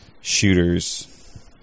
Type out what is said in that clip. shooters